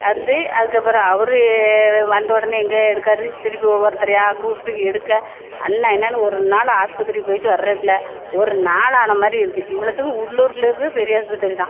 வந்து அதுக்கப்புறம் அவரு வந்த உடனே இங்கே இருக்காரு திருப்பி ஒவ்வொருத்தரையா கூட்டு எடுக்க அன்ன இன்னன்னு ஒரு நாள் ஹாஸ்பத்திரிக்கு போயிட்டு வரதுக்குள்ள ஒரு நாளான மாதிரி இருக்குது இவ்வளோத்துக்கும் உள்ளூரில் இருக்கிற பெரியாஸ்பத்திரி தான்